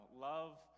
love